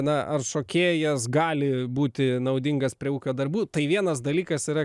na ar šokėjas gali būti naudingas prie ūkio darbų tai vienas dalykas yra